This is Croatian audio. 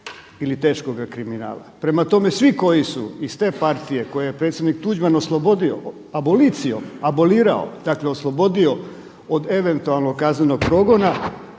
ili teškoga kriminala. Prema tome, svi koji su iz te partije koje je predsjednik Tuđman oslobodio abolicijom, abolirao, dakle oslobodio od eventualnog kaznenog progona